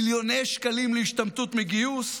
מיליוני שקלים להשתמטות מגיוס?